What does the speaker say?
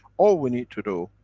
all we need to do,